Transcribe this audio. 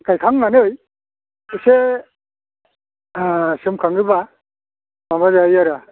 गायखांनानै एसे सोमखाङोबा माबा जायो आरो